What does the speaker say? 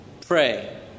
pray